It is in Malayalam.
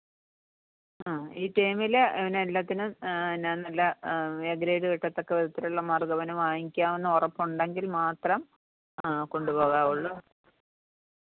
അ ഈ ടേമിൽ അവൻ എല്ലാത്തിനും ന്ന നല്ല എ ഗ്രേഡ് കിട്ടത്തക്ക വിധത്തിലുള്ള മാർക്കവന് വാങ്ങിക്കാം എന്ന് ഉറപ്പുണ്ടെങ്കിൽ മാത്രം കൊണ്ടു പോകാവുള്ളൂ